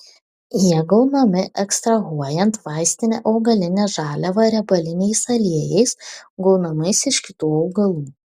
jie gaunami ekstrahuojant vaistinę augalinę žaliavą riebaliniais aliejais gaunamais iš kitų augalų